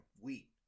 wheat